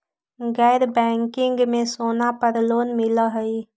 गैर बैंकिंग में सोना पर लोन मिलहई?